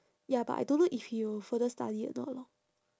ya but I don't know if he will further study or not lor